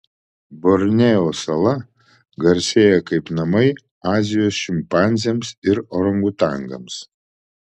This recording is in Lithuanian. borneo sala garsėja kaip namai azijos šimpanzėms ir orangutangams